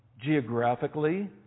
geographically